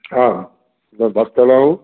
हाँ हाँ मैं बात कर रहा हूँ